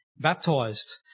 baptized